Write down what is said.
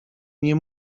nie